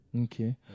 Okay